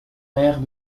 maire